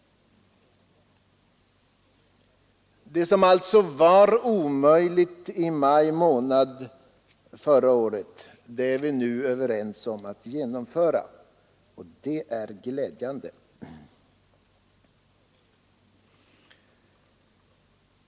Det som alltså var omöjligt i maj förra året är vi nu överens om att genomföra. Det är glädjande.